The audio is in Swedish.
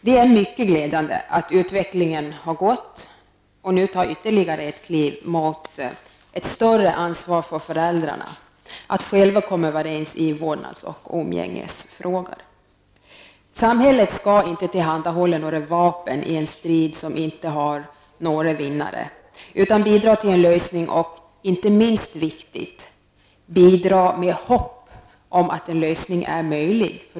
Det är mycket glädjande att utvecklingen har gått och nu tar ytterligare ett kliv mot ett större ansvar för föräldrarna att själva komma överens i vårdnads och umgängesfrågor. Samhället skall inte tillhandahålla några vapen i en strid som inte har några vinnare utan bidra till en lösning och, inte minst viktigt, bidra med hopp om att en lösning är möjlig.